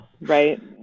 Right